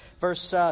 verse